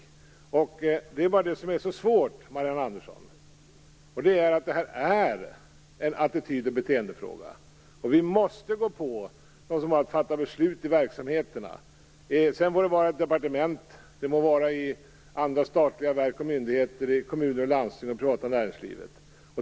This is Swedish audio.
Men, Marianne Andersson, det som är så svårt är att detta är en attityd och beteendefråga. Vi måste gå på dem som ute i verksamheterna har att fatta beslut. Det må vara i departement, i statliga verk och myndigheter, i kommuner och landsting eller i det privata näringslivet.